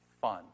fun